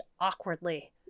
awkwardly